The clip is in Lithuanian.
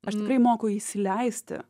aš tikrai moku įsileisti